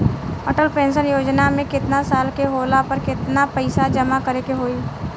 Atal pension Yojana मे केतना साल के होला पर केतना पईसा जमा करे के होई?